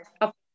up